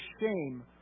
shame